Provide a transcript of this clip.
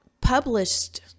published